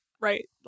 right